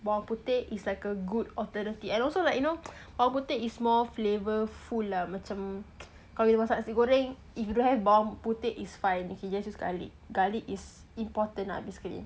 bawang putih is like a good alternative and also like you know bawang putih is more flavorful macam kalau you masak nasi goreng if you don't have bawang putih it's fine you can just use garlic garlic is important lah basically